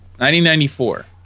1994